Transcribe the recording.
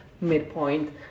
midpoint